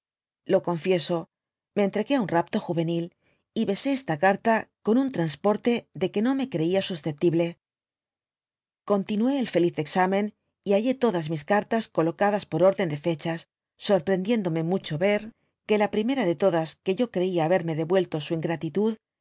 lo confieso me entregué á un rapto juvenilyy besé esta carta con un transporte de que no me creia susceptible continué el feliz examen y hallé todas mis cartas colocadas por orden de fedias sorprendiéndome mucho ver que la primera de todas que yo creia haberme devuelto su ingratitud